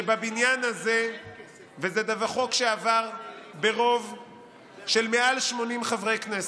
שבבניין הזה וזה חוק שעבר ברוב של מעל 80 חברי כנסת,